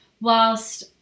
whilst